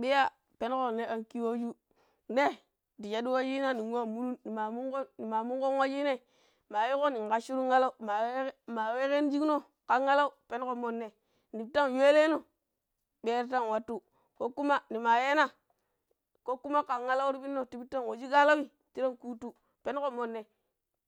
ɓiiya pengo ni am kiwossu, ne dii schaɗu wachjii na wa munun ni ma mungon, nimaa mungon wachijii nai, maa yii nin ƙhacchu run alau, maa wee maa wee ƙheno schikno ƙhan alau penƙho mmonne nittank yuu elee no bii yai tank wattu ko kuma ne maa yee na, ko kuma ƙhan alauwii tii pbinno tiipiid tank wa schjik alauwii tii rank kuuttu pen ƙho mmonne